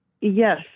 yes